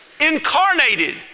incarnated